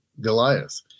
Goliath